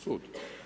Sud.